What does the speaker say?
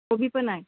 हो घी पण आय